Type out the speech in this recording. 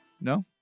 no